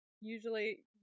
Usually